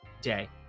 day